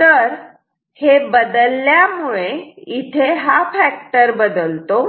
तर हे बदलल्यामुळे इथे हा फॅक्टर बदलतो